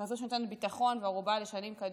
כזאת שנותנת ביטחון וערובה לשנים קדימה,